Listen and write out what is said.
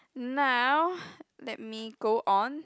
now let me go on